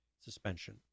suspension